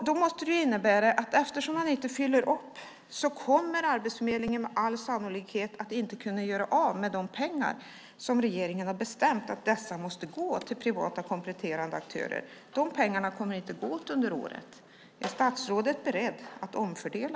Det måste innebära att eftersom de inte uppfyller detta kommer Arbetsförmedlingen med all sannolikhet inte att kunna göra av med de pengar som regeringen har bestämt måste gå till privata kompletterande aktörer. De pengarna kommer inte att gå åt under året. Är statsrådet i så fall beredd att omfördela?